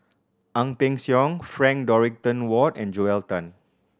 Ang Peng Siong Frank Dorrington Ward and Joel Tan